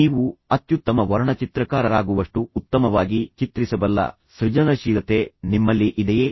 ನೀವು ಅತ್ಯುತ್ತಮ ವರ್ಣಚಿತ್ರಕಾರರಾಗುವಷ್ಟು ಉತ್ತಮವಾಗಿ ಚಿತ್ರಿಸಬಲ್ಲ ಸೃಜನಶೀಲತೆ ನಿಮ್ಮಲ್ಲಿ ಇದೆಯೇ